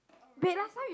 wait last time you